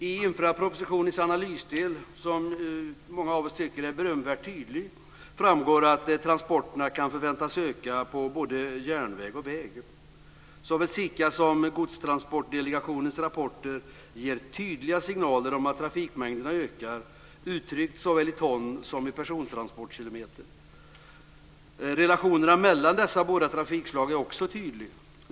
I infrastrukturpropositionens analysdel, som många av oss tycker är berömvärt tydlig, framgår att transporterna kan förväntas öka på både järnväg och väg. Såväl SIKA som Godstransportdelegationens rapporter ger tydliga signaler om att trafikmängderna ökar uttryckt såväl i ton som i persontransportkilometer. Relationerna mellan dessa båda trafikslag är också tydlig.